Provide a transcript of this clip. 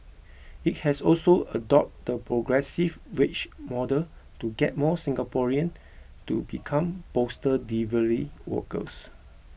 it has also adopted the progressive wage model to get more Singaporeans to become postal delivery workers